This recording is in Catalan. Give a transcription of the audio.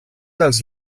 dels